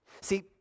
See